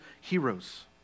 heroes